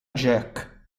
jack